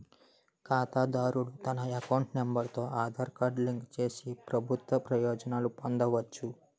ఖాతాదారుడు తన account number తో ఆధార్ కార్డు లింక్ చేసి ప్రభుత్వ ప్రయోజనాలు పొందవచ్చు